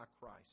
Christ